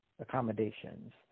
accommodations